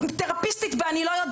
תרפיסטית וכולי,